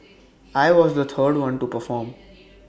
I was the third one to perform